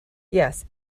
yes